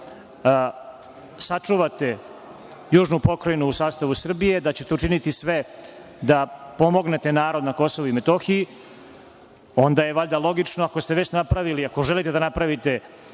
sačuvate južnu Pokrajinu u sastavu Srbije, da ćete učiniti sve da pomognete narod na Kosovu i Metohiji, onda je valjda logično ako ste već napravili, ako želite da napravite